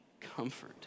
comfort